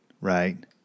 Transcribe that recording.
right